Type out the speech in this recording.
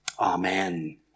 Amen